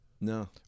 No